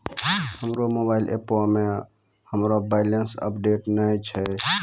हमरो मोबाइल एपो मे हमरो बैलेंस अपडेट नै छै